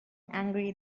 angry